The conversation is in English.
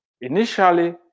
Initially